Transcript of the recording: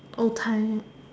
old time